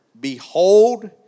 behold